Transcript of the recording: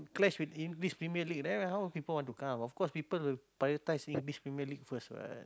clash with English Premier-League then right how will people want to come of course people will prioritize English Premier-League first right